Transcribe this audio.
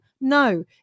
No